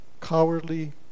cowardly